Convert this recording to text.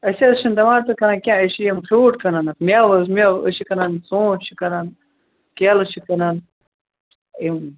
أسۍ حظ چھِنہٕ ٹماٹر کٕنان کیٚنٛہہ أسۍ چھِ یِم فرٛوٗٹ کٕنان حظ میوٕ حظ میوٕ أسۍ چھِ کٕنان ژوٗنٛٹھۍ چھِ کٕنان کیلہٕ چھِ کٕنان یِم